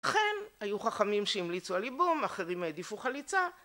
אכן היו חכמים שהמליצו על יבום, אחרים העדיפו חליצה